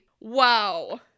Wow